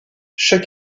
chuck